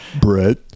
brett